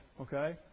Okay